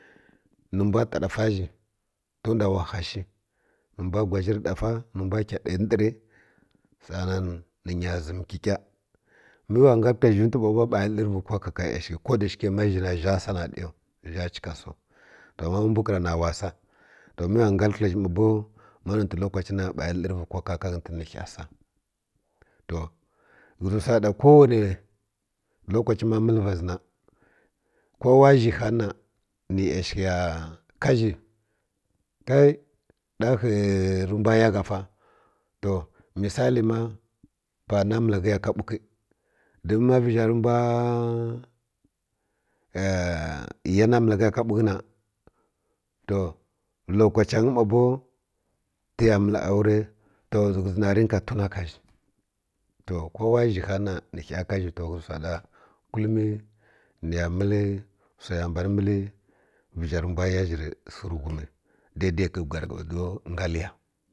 Ni mbwa ta ɗafa zhi tom nda wa ha shi ni mbwa gwazhirə ɗafa ni mbw keh ɗayi ndəri sa’a nan ni nya ʒam kəkah mə ngal kəl zhi vəzhi nfwi ba bow ba yi lərəvi cokə ka yasəki ko da shi ke ma zhi na zha sa na ɗyaw zha chika saw to mbwəkra wa sa to mə wa ngal zhi ma bow ma notə lokace na ba yi lərvə kokə ka ghətən ni ghə sa to ghə zi wsa ra ɗa ko wane lokace ma məl va zi na ko wa zhihani ni yasəthi ya ka zhi kai ɗahə rə mbwa ya gha fa to misali ma pa na məlaghə ya ka bukə don ma ka bukə na to lokace nyi ma rənga tuna ka zhi to ko wa zhə han na ni ghəy ka zhi to ghə zi wsa ɗa kulmi mi ya məl wrai ya mbun məl vəzhi rə mbw ya zhi rə ri səkə rə ghum daidai ka nga l ya.